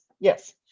yes